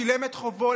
שילם את חובו,